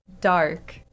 dark